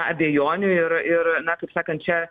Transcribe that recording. abejonių ir ir na kaip sakant čia